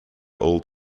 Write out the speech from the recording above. old